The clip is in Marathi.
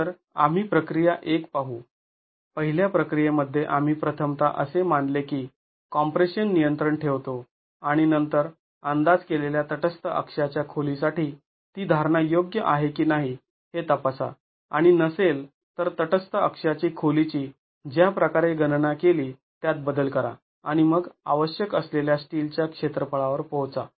तर आम्ही प्रक्रिया एक पाहू पहिल्या प्रक्रिये मध्ये आम्ही प्रथमतः असे मानले की कॉम्प्रेशन नियंत्रण ठेवतो आणि नंतर अंदाज केलेल्या तटस्थ अक्षाच्या खोली साठी ती धारणा योग्य आहे की नाही हे तपासा आणि नसेल तर तटस्थ अक्षाची खोलीची ज्या प्रकारे गणना केली त्यात बदल करा आणि मग आवश्यक असलेल्या स्टीलच्या क्षेत्रफळावर पोहचा